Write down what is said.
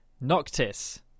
Noctis